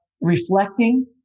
reflecting